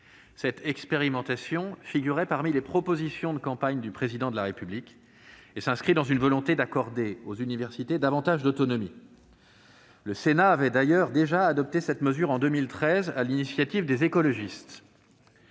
Cette expérimentation figurait parmi les propositions de campagne du Président de la République et s'inscrit dans une volonté d'accorder aux universités davantage d'autonomie. Le Sénat avait d'ailleurs déjà adopté cette mesure en 2013 sur l'initiative des écologistes.